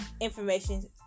information